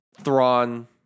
thrawn